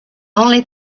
only